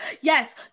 yes